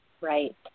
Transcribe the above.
Right